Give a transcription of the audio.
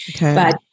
but-